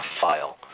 file